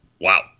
Wow